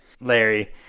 Larry